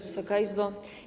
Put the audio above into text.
Wysoka Izbo!